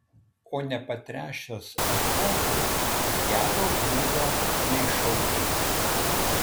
o nepatręšęs azotu gero grūdo neišauginsi